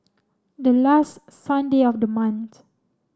the last Sunday of the month